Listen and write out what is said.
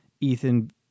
Ethan